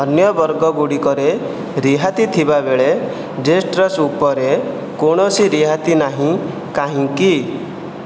ଅନ୍ୟ ବର୍ଗ ଗୁଡ଼ିକରେ ରିହାତି ଥିବାବେଳେ ଡେଜର୍ଟ୍ସ୍ ଉପରେ କୌଣସି ରିହାତି ନାହିଁ କାହିଁକି